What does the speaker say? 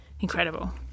incredible